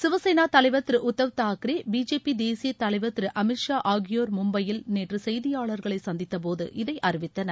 சிவசேனா தலைவர் திரு உத்தவ் தாக்கரே பிஜேபி தேசிய தலைவர் திரு அமீத் ஷா ஆகியோர் மும்பையில் நேற்று செய்தியாளர்களை சந்தித்தபோது இதை அறிவித்தனர்